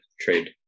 trade